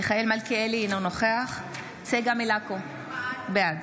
מיכאל מלכיאלי, אינו נוכח צגה מלקו, בעד